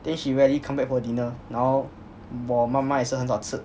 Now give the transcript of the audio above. then she rarely come back for dinner now 我妈妈也是很少吃